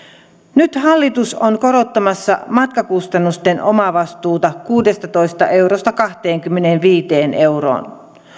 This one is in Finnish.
nyt hallitus on korottamassa matkakustannusten omavastuuta kuudestatoista eurosta kahteenkymmeneenviiteen euroon